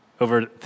over